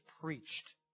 preached